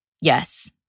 Yes